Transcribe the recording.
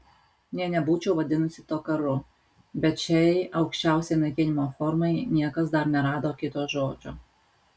nė nebūčiau vadinusi to karu bet šiai aukščiausiai naikinimo formai niekas dar nerado kito žodžio